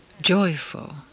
joyful